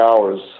hours